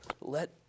Let